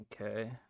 Okay